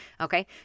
okay